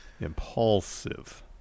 impulsive